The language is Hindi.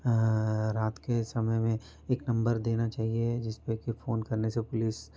रात के समय में एक नंबर देना चाहिए जिसपे कि फ़ोन करने से पुलिस